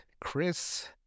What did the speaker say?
Chris